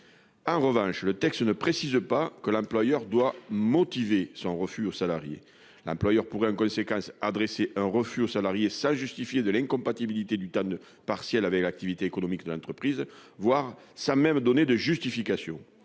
En revanche, le texte ne précise pas que l'employeur doive motiver son refus aux salariés. L'employeur pourrait en conséquence adresser un refus aux salariés sans justifier de l'incompatibilité du temps partiel avec l'activité économique de l'entreprise, voire sans donner aucune justification.